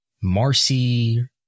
Marcy